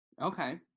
Okay